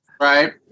Right